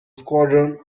squadron